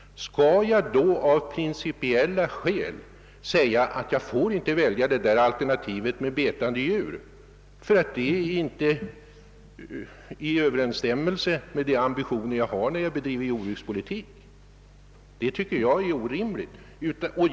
Skall man då av principiella skäl säga att man inte får välja alternativet med betande djur, eftersom det inte är i överensstämmelse med de jordbrukspolitiska ambitionerna? Det tyckar jag är orimligt.